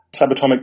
subatomic